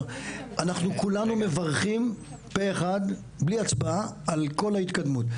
כולנו מברכים פה אחד בלי הצבעה על כל ההתקדמות.